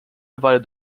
divided